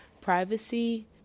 privacy